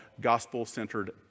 Gospel-Centered